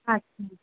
আচ্ছা